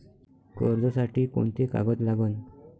कर्जसाठी कोंते कागद लागन?